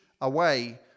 away